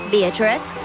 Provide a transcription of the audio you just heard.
Beatrice